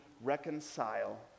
reconcile